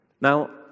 Now